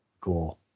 cool